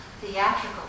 theatrical